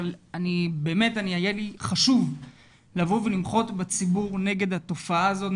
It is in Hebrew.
אבל באמת היה לי חשוב לבוא ולמחות בציבור נגד התופעה הזאת,